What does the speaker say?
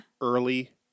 Early